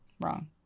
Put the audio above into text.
Wrong